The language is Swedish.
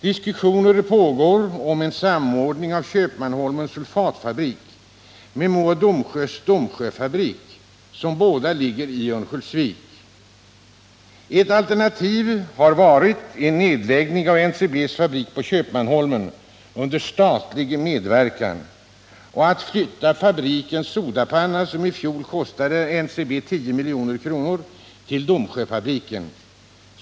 Diskussioner pågår om en samordning av Köpmanholmens sulfatfabrik med MoDos Domsjöfabrik som båda ligger i Örnsköldsvik.” Ett alternativ har varit en nedläggning av NCB:s fabrik på Köpmanholmen under statlig medverkan och att flytta fabrikens sodapanna — som i fjol kostade NCB 10 milj.kr. — till Domsjöfabriken.